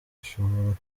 ashobora